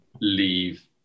leave